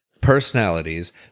personalities